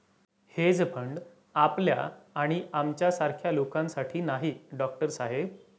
hedge fund आपल्या आणि आमच्यासारख्या लोकांसाठी नाही, डॉक्टर साहेब